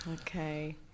Okay